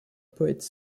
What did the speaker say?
poète